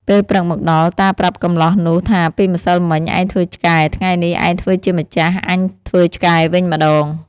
ពេលព្រឹកមកដល់ តាប្រាប់កម្លោះនោះថាពីម្សិលមិញឯងធ្វើឆ្កែ ថ្ងៃនេះឯងធ្វើជាម្ចាស់ អញធ្វើឆ្កែវិញម្ដង។